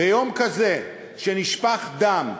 ביום כזה שנשפך דם,